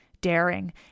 Daring